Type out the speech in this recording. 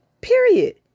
period